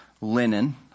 linen